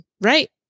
right